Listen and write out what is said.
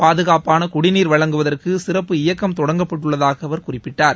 பாதுகாப்பான குடிநீர் வழங்குவதற்கு சிறப்பு இயக்கம் தொடங்கப்பட்டுள்ளதாக அவர் குறிப்பிட்டார்